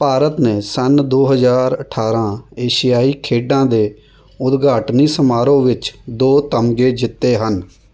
ਭਾਰਤ ਨੇ ਸੰਨ ਦੋ ਹਜ਼ਾਰ ਅਠਾਰਾਂ ਏਸ਼ਿਆਈ ਖੇਡਾਂ ਦੇ ਉਦਘਾਟਨੀ ਸਮਾਰੋਹ ਵਿੱਚ ਦੋ ਤਮਗੇ ਜਿੱਤੇ ਹਨ